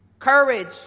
Courage